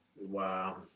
Wow